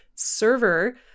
server